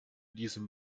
diesem